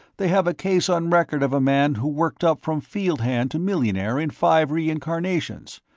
they have a case on record of a man who worked up from field hand to millionaire in five reincarnations.